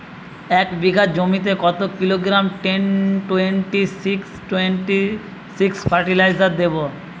এক বিঘা জমিতে কত kilogram ten twenty six twenty six fertiliser দেবো?